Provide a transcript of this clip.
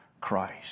Christ